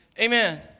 amen